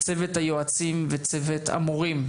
צוות היועצים וצוות המורים.